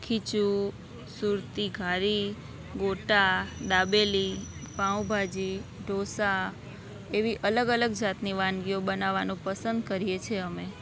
ખીચું સુરતી ઘારી ગોટા દાબેલી પાવભાજી ઢોસા એવી અલગ અલગ જાતની વાનગીઓ બનાવવાનું પસંદ કરીએ છે અમે